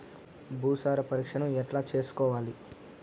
భూసార పరీక్షను ఎట్లా చేసుకోవాలి?